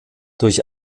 durch